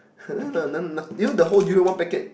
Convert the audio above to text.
you know the whole durian one packet